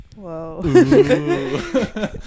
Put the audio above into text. Whoa